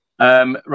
Right